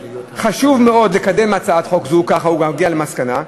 חשוב מאוד לקדם הצעת חוק זו" כך הוא מגיע למסקנה: